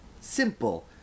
simple